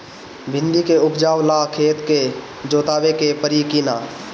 भिंदी के उपजाव ला खेत के जोतावे के परी कि ना?